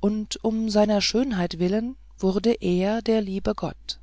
und um seiner schönheit willen wurde er der liebe gott